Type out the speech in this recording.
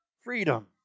freedom